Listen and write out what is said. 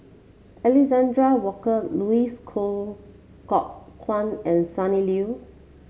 Alexander Worker Louis Coal Kok Kwang and Sonny Liew